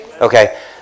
Okay